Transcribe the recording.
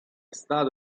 stato